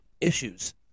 issues